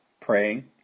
praying